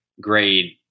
grade